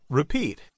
repeat